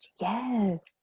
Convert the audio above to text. Yes